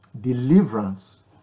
deliverance